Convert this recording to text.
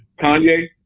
Kanye